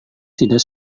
tidak